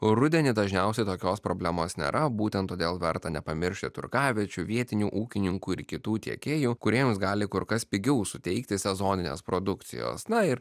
rudenį dažniausiai tokios problemos nėra būtent todėl verta nepamiršti turgaviečių vietinių ūkininkų ir kitų tiekėjų kurie jums gali kur kas pigiau suteikti sezoninės produkcijos na ir